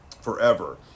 forever